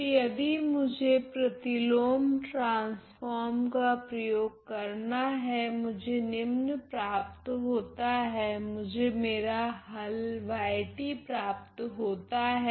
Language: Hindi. तो यदि मुझे प्रतिलोम ट्रांसफोर्म का प्रयोग करना है मुझे निम्न प्राप्त होता है मुझे मेरा हल y प्राप्त होता हैं